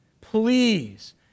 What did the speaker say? Please